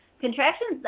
contractions